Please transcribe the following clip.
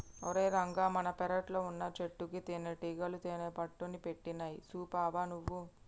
ఓరై రంగ మన పెరట్లో వున్నచెట్టుకి తేనటీగలు తేనెపట్టుని పెట్టినాయి సూసావా నువ్వు